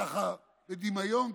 ככה בדמיון,